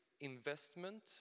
investment